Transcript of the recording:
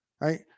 right